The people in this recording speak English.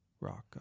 Rock